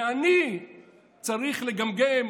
ואני צריך לגמגם,